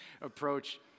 approach